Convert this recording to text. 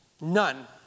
None